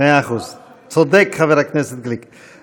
מאה אחוז, צודק חבר הכנסת גליק.